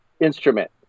instrument